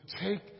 take